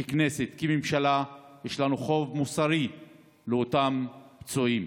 כי ככנסת, כממשלה, יש לנו חוב מוסרי לאותם פצועים.